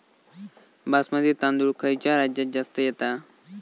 बासमती तांदूळ खयच्या राज्यात जास्त येता?